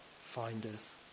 findeth